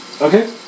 Okay